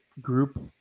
group